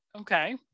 Okay